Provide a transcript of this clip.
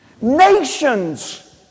Nations